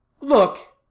Look